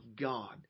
God